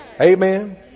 Amen